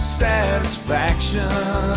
satisfaction